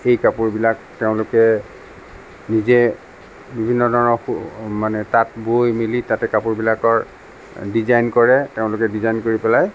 সেই কাপোৰবিলাক তেওঁলোকে নিজে বিভিন্ন ধৰণৰ মানে তাঁত বৈ মেলি তাতে কাপোৰ বিলাকৰ ডিজাইন কৰে তেওঁলোকে ডিজাইন কৰি পেলাই